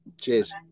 cheers